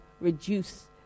reduce